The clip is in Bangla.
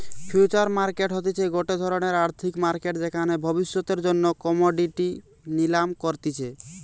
ফিউচার মার্কেট হতিছে গটে ধরণের আর্থিক মার্কেট যেখানে ভবিষ্যতের জন্য কোমোডিটি নিলাম করতিছে